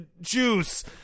Juice